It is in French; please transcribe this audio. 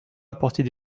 m’apporter